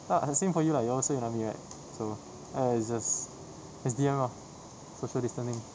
but the same for you lah you're also in army right so err it's just S_D_M ah social distancing